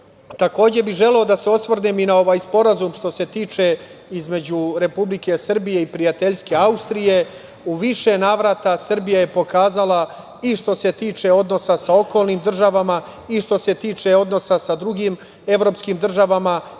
Vučić. Takođe bih želeo i da se osvrnem i na ovaj Sporazum između Republike Srbije i prijateljske Austrije. U više navrata Srbija je pokazala i što se tiče odnosa sa okolnim državama i što se tiče odnosa sa drugim evropskim državama